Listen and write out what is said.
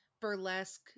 burlesque